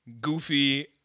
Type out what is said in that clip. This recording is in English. goofy